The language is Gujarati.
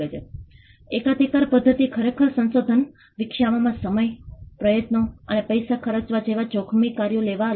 તેઓ આ પ્રોજેક્ટમાં integrated disaster risk management megacity Mumbai માટે સંકળાયેલા હતા